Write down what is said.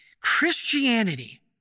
Christianity